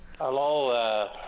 Hello